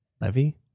Levy